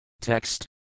Text